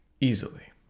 easily